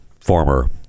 former